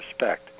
respect